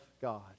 God